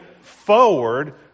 forward